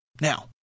Now